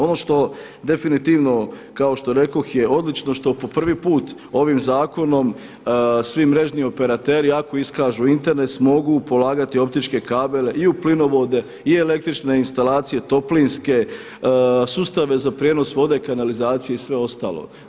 Ono što definitivno kako što rekoh je odlično što po prvi put ovim zakonom svi mrežni operateri ako iskažu interes mogu polagati optičke kabele i u plinovode, i električne instalacije, toplinske, sustave za prijenos vode, kanalizacije i sve ostalo.